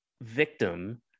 victim